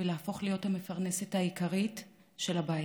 ולהפוך להיות המפרנסת העיקרית של הבית.